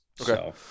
Okay